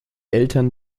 eltern